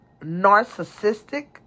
narcissistic